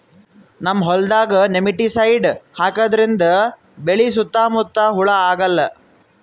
ನಮ್ಮ್ ಹೊಲ್ದಾಗ್ ನೆಮಟಿಸೈಡ್ ಹಾಕದ್ರಿಂದ್ ಬೆಳಿ ಸುತ್ತಾ ಮುತ್ತಾ ಹುಳಾ ಆಗಲ್ಲ